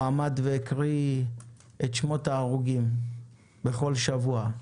הוא עמד והקריא את שמות ההרוגים בכל שבוע,